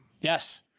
Yes